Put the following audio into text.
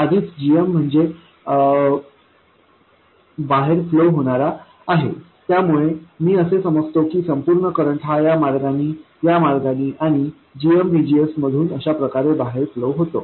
आधीच gm म्हणजे बाहेर फ्लो होणारा आहे त्यामुळे मी असे समजतो की संपूर्ण करंट हा या मार्गानी या मार्गानी आणि gm VGS मधून अशा प्रकारे बाहेर फ्लो होतो